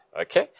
Okay